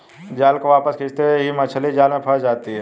जाल को वापस खींचते ही मछली जाल में फंस जाती है